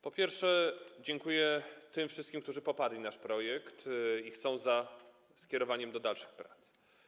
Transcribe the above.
Po pierwsze, dziękuję tym wszystkim, którzy poparli nasz projekt i są za skierowaniem go do dalszych prac.